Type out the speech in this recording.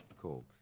Cool